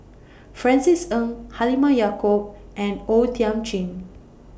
Francis Ng Halimah Yacob and O Thiam Chin